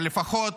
אבל לפחות